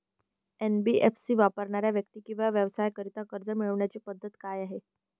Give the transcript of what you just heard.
NBFC वापरणाऱ्या व्यक्ती किंवा व्यवसायांसाठी कर्ज मिळविण्याची पद्धत काय आहे?